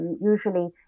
usually